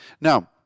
Now